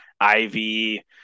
Ivy